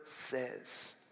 says